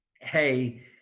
hey